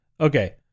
Okay